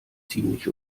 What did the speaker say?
ziemlich